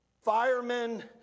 Firemen